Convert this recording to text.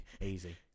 Easy